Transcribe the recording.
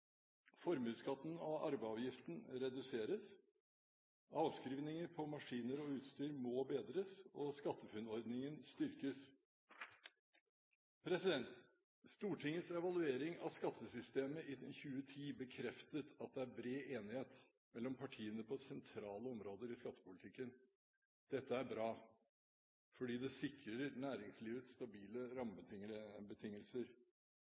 Formuesskatten og arveavgiften reduseres. Avskrivninger på maskiner og utstyr må bedres, og SkatteFUNN-ordningen styrkes. Stortingets evaluering av skattesystemet i 2010 bekreftet at det er bred enighet mellom partiene på sentrale områder i skattepolitikken. Dette er bra fordi det sikrer næringslivet stabile